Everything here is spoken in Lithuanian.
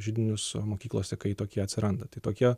židinius mokyklose kai tokie atsiranda tai tokie